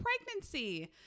pregnancy